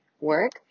work